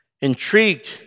intrigued